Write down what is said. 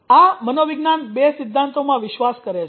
આ મનોવિજ્ઞાન બે સિદ્ધાંતોમાં વિશ્વાસ કરે છે